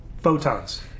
Photons